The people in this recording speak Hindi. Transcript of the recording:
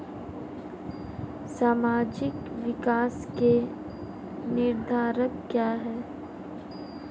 सामाजिक विकास के निर्धारक क्या है?